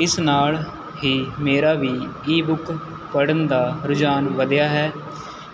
ਇਸ ਨਾਲ਼ ਹੀ ਮੇਰਾ ਵੀ ਈ ਬੁੱਕ ਪੜ੍ਹਨ ਦਾ ਰੁਝਾਨ ਵਧਿਆ ਹੈ